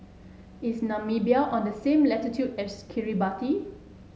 is Namibia on the same latitude as Kiribati